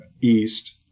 east